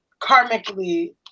karmically